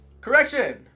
Correction